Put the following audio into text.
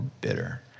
Bitter